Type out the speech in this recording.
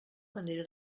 manera